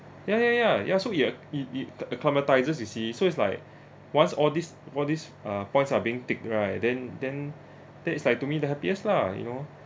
ya ya ya ya so you e~ e~ it acclimatizes you see so it's like once all these all these ah points are being ticked right then then then it's like to me the happiest lah you know